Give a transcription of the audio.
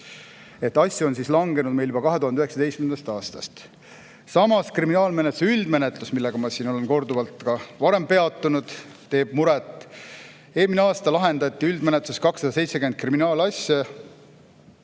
arv on meil langenud juba 2019. aastast. Samas kriminaalmenetluse üldmenetlus, millel ma olen siin korduvalt ka varem peatunud, teeb muret. Eelmine aasta lahendati üldmenetluses 270 kriminaalasja.